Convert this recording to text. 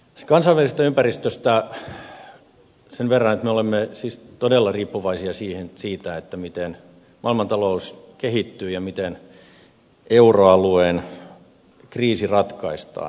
kansainvälisestä ympäristöstä sen verran että me olemme siis todella riippuvaisia siitä miten maailmantalous kehittyy ja miten euroalueen kriisi ratkaistaan